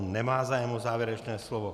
Nemá zájem o závěrečné slovo.